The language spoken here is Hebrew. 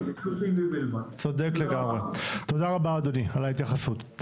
תודה רבה אדוני על ההתייחסות.